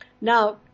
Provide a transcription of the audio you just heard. Now